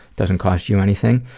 doesn't cost you anything.